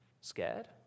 Scared